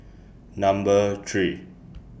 Number three